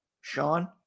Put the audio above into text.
sean